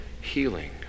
healing